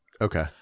Okay